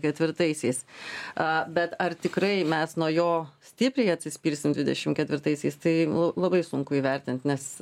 ketvirtaisiais a bet ar tikrai mes nuo jo stipriai atsispirsim dvidešimt ketvirtaisiais tai l labai sunku įvertint nes